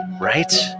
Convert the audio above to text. Right